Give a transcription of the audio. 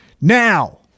Now